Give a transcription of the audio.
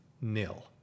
nil